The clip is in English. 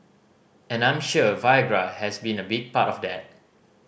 and I am sure Viagra has been a big part of that